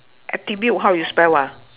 attribute how you spell ah